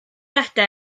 ede